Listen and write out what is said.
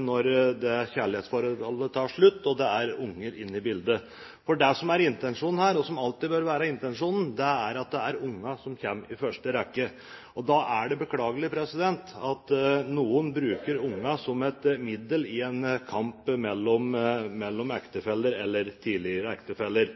når det kjærlighetsforholdet tar slutt, og det er barn inne i bildet. Det som er intensjonen her, og som alltid bør være intensjonen, er at det er barna som må komme i første rekke. Da er det beklagelig at barna blir brukt som et middel i en kamp mellom ektefeller eller tidligere ektefeller.